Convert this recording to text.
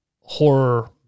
horror